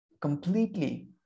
completely